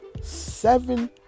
Seven